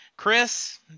Chris